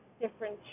different